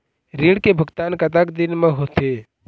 ऋण के भुगतान कतक दिन म होथे?